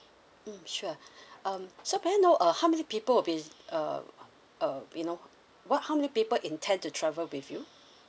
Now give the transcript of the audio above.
mm sure um so may I know uh how many people would be uh uh you know what how many people intend to travel with you